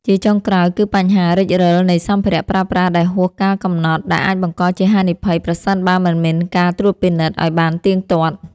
ជាចុងក្រោយ គឺបញ្ហារិចរិលនៃសម្ភារៈប្រើប្រាស់ដែលហួសកាលកំណត់ ដែលអាចបង្កជាហានិភ័យប្រសិនបើមិនមានការត្រួតពិនិត្យឱ្យបានទៀងទាត់។